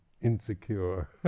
insecure